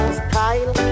style